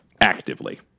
Actively